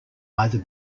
either